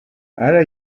ara